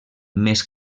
més